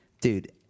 Dude